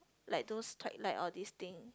like those twilight all this thing